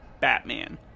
Batman